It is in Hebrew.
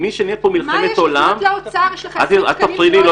מי שניהל פה מלחמת עולם --- מה יש לפנות לאוצר --- אל תפריעי לי,